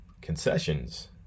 concessions